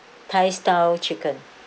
thai style chicken